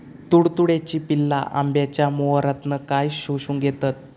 तुडतुड्याची पिल्ला आंब्याच्या मोहरातना काय शोशून घेतत?